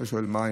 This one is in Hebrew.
אתה שואל,